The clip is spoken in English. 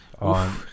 On